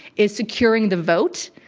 is securing the vote,